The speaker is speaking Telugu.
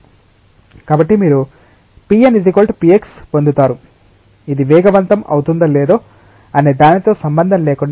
కాబట్టి మీరు pn px పొందుతారు ఇది వేగవంతం అవుతుందో లేదో అనే దానితో సంబంధం లేకుండా